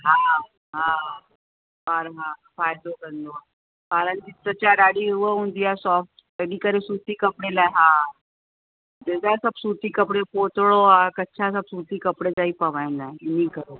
हा हा ॿार हा फ़ाइदो कंदो आहे ॿारनि जी त्वचा ॾाढी हूअ हूंदी आहे सोफ़्ट इन्हीअ करे सूती कपिड़े लाइ हा चईंदा आहिनि सूती कपिड़े जो पोतड़ो आहे कच्छा सभु सूती कपिड़े जो ई पवाईंदा आहिनि इन करे